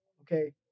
okay